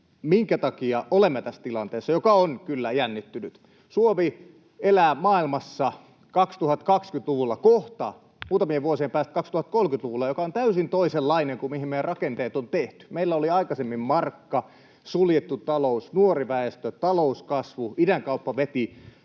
minkä takia olemme tässä tilanteessa, joka on kyllä jännittynyt. Suomi elää maailmassa 2020-luvulla, kohta, muutamien vuosien päästä, 2030-luvulla, joka on täysin toisenlainen kuin mihin meidän rakenteet on tehty. Meillä oli aikaisemmin markka, suljettu talous, nuori väestö, talouskasvu, idänkauppa veti.